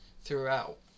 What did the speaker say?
throughout